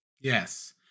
Yes